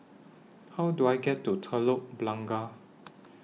How Do I get to Telok Blangah